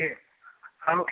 ठीक है हम